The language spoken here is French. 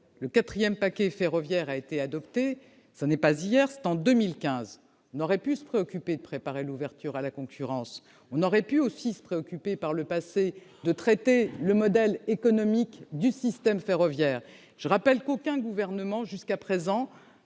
le quatrième paquet ferroviaire a été adopté- cela ne date pas d'hier, puisque cela remonte à 2015 -, on aurait pu se préoccuper de préparer l'ouverture à la concurrence. On aurait pu aussi se préoccuper par le passé de traiter le modèle économique du système ferroviaire. Je rappelle que, jusqu'à présent,